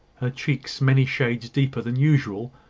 her cheeks many shades deeper than usual,